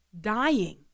dying